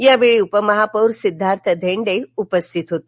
यावेळी उपमहापौर सिद्धार्थ धेंडे उपस्थित होते